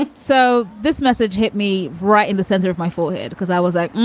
like so this message hit me right in the center of my forehead because i was like,